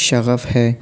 شغف ہے